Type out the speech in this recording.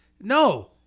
no